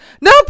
No